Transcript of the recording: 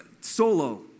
solo